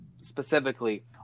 specifically